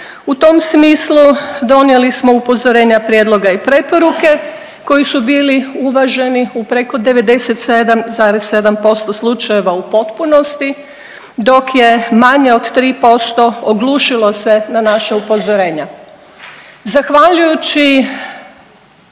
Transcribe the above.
U tom smislu donijeli smo upozorenja prijedloga i preporuke koji su bili uvaženi u preko 97,7% slučajeva u potpunosti, dok je manje od 3% oglušilo se na naša upozorenja.